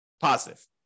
positive